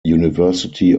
university